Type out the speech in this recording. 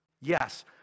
Yes